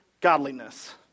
godliness